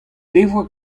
devoa